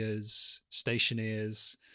stationers